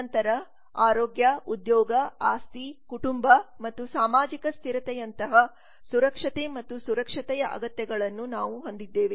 ನಂತರ ಆರೋಗ್ಯ ಉದ್ಯೋಗ ಆಸ್ತಿ ಕುಟುಂಬ ಮತ್ತು ಸಾಮಾಜಿಕ ಸ್ಥಿರತೆಯಂತಹ ಸುರಕ್ಷತೆ ಮತ್ತು ಸುರಕ್ಷತೆಯ ಅಗತ್ಯಗಳನ್ನು ನಾವು ಹೊಂದಿದ್ದೇವೆ